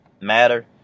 matter